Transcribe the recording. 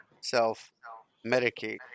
self-medicate